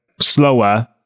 slower